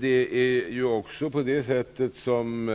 Det är också på det sättet som